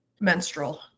menstrual